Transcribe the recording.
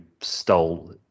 stole